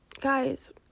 guys